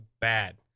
bad